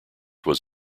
was